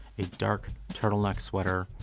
a dark turtleneck sweater,